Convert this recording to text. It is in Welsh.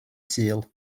sul